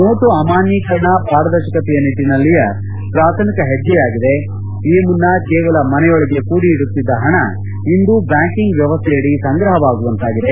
note ಅಮಾನ್ಗೀಕರಣ ಪಾರದರ್ಶಕತೆಯ ನಿಟ್ಟನಲ್ಲಿಯ ಪ್ರಾಥಮಿಕ ಹೆಜ್ಜೆಯಾಗಿದೆ ಈ ಮುನ್ನ ಕೇವಲ ಮನೆಯೊಳಗೆ ಕೂಡಿ ಇಡುತ್ತಿದ್ದ ಹಣ ಇಂದು ಬ್ಯಾಂಕಿಂಗ್ ವ್ಯವಸ್ಥೆಯಡಿ ಸಂಗ್ರಹವಾಗುವಂತಾಗಿದೆ